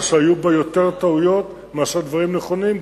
שהיו בה יותר טעויות מאשר דברים נכונים,